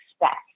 expect